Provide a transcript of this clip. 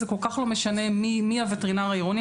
זה כל כך לא משנה מי הווטרינר העירוני.